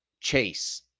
Chase